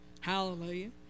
Hallelujah